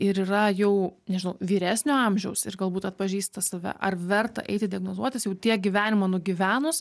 ir yra jau nežinau vyresnio amžiaus ir galbūt atpažįsta save ar verta eiti diagnozuotis jau tiek gyvenimo nugyvenus